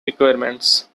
requirements